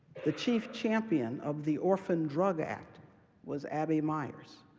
the chief champion of the orphan drug act was abby meyers,